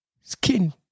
skin